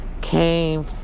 came